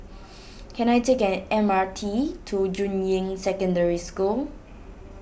can I take an M R T to Juying Secondary School